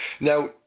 Now